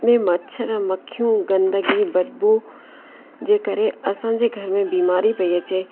में मच्छर मक्खियूं गंदगी बदबू जे करे असांजे घर में बीमारी पयी अचे